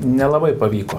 nelabai pavyko